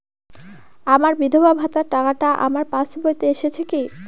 আমার বিধবা ভাতার টাকাটা আমার পাসবইতে এসেছে কি?